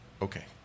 Okay